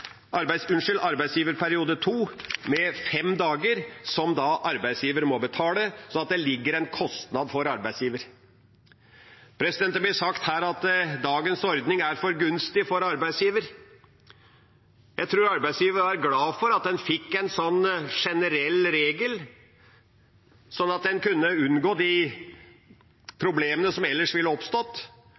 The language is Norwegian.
kostnad for arbeidsgiver. Det blir sagt her at dagens ordning er for gunstig for arbeidsgiver. Jeg tror arbeidsgiverne er glad for at en fikk en generell regel, slik at en kunne unngå de problemene som ellers ville oppstått.